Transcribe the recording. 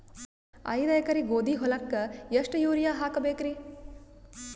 ಐದ ಎಕರಿ ಗೋಧಿ ಹೊಲಕ್ಕ ಎಷ್ಟ ಯೂರಿಯಹಾಕಬೆಕ್ರಿ?